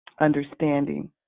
understanding